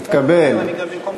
התקבל.